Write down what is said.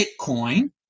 Bitcoin